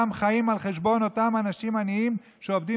כולם חיים על חשבון אותם אנשים עניים שעובדים